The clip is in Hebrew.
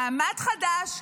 מעמד חדש,